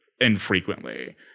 infrequently